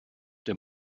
der